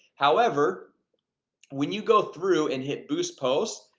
however when you go through and hit boost posts,